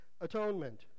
atonement